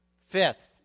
Fifth